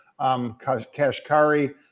Kashkari